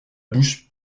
bouche